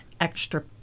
extra